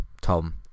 Tom